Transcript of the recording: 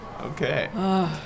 Okay